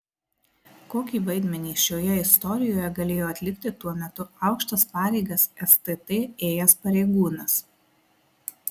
kokį vaidmenį šioje istorijoje galėjo atlikti tuo metu aukštas pareigas stt ėjęs pareigūnas